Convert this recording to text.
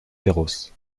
perros